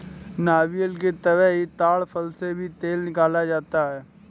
नारियल की तरह ही ताङ फल से तेल निकाला जाता है